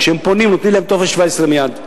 כשהם פונים נותנים להם טופס 17 מייד,